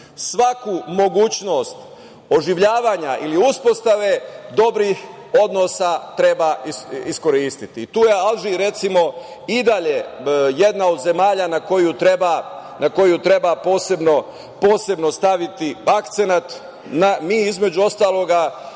mogućnost oživljavanja ili uspostave dobrih odnosa treba iskoristiti. Tu je Alžir i dalje jedna od zemalja na koju treba posebno staviti akcenat. Mi između ostalog,